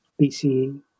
BCE